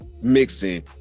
Mixing